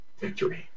victory